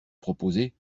proposer